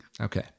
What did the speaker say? Okay